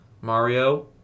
Mario